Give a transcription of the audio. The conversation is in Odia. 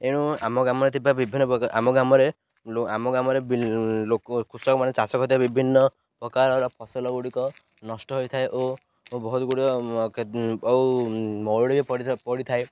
ଏଣୁ ଆମ ଗ୍ରାମରେ ଥିବା ବିଭିନ୍ନପ୍ରକାର ଆମ ଗ୍ରାମରେ ଆମ ଗ୍ରାମରେ ଲୋକ କୃଷକମାନେ ଚାଷ କରିଥିବା ବିଭିନ୍ନପ୍ରକାରର ଫସଲଗୁଡ଼ିକ ନଷ୍ଟ ହୋଇଥାଏ ଓ ବହୁତ ଗୁଡ଼ିଏ ଓ ମରୁଡ଼ି ପଡ଼ିଥାଏ